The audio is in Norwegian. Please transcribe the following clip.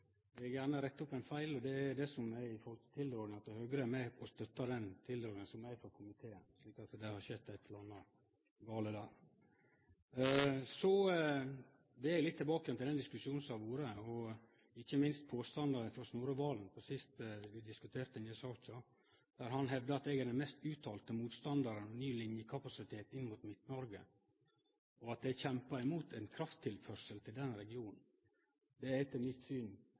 vil eg gjerne rette opp ein feil. Det er slik at Høgre vil støtte tilrådinga frå komiteen. Det har skjedd eit eller anna gale der. Så vil eg litt tilbake til den diskusjonen som har vore, og ikkje minst til påstanden frå Snorre Serigstad Valen sist vi diskuterte denne saka. Han hevda at eg er den mest uttalte motstandaren av ny linjekapasitet inn mot Midt-Noreg, og at eg kjempar mot ein krafttilførsel til den regionen. Det er etter mitt syn